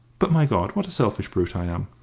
but, my god, what a selfish brute i am!